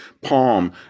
palm